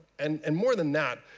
and and more than that,